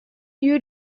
you